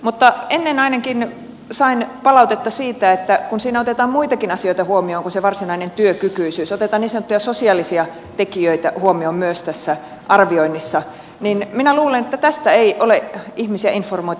mutta ennen ainakin sain palautetta siitä että siinä otetaan muitakin asioita huomioon kuin se varsinainen työkykyisyys otetaan niin sanottuja sosiaalisia tekijöitä huomioon myös tässä arvioinnissa ja minä luulen että tästä ei ole ihmisiä informoitu riittävästi